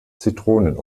zitronen